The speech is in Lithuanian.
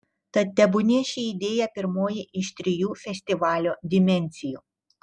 tad tebūnie ši idėja pirmoji iš trijų festivalio dimensijų